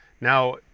Now